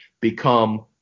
become